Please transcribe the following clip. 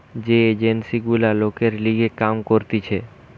যে এজেন্সি গুলা লোকের লিগে কাম করতিছে